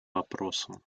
вопросам